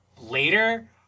later